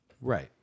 Right